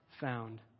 found